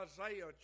Isaiah